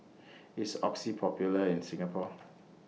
IS Oxy Popular in Singapore